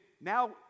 now